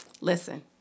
Listen